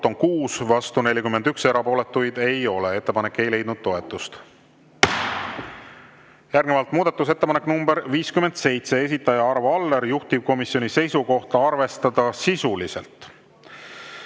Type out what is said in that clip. on 6, vastu 41, erapooletuid ei ole. Ettepanek ei leidnud toetust. Järgnevalt muudatusettepanek nr 57, esitaja Arvo Aller, juhtivkomisjoni seisukoht on arvestada sisuliselt.